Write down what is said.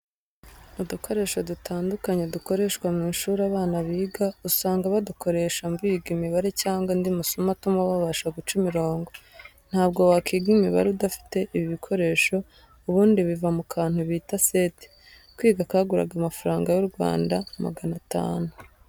Udukoresho dutandukanye dukoreshwa mu ishuri abana biga, usanga badukoresha biga imibare cyangwa andi masomo atuma babasha guca imirongo. Ntabwo wakwiga imibare udafite ibi bikoresho ubundi biva mu kantu bita seti. Twiga kaguraga amafaranga y'u Rwanda magana atanu.